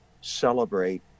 celebrate